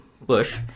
Bush